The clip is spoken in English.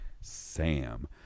Sam